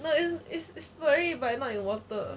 no it's furry but not in water